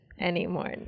anymore